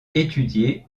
étudié